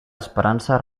esperança